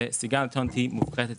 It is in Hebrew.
שבסיגריה אלקטרונית יש פחות סיכון.